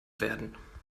werden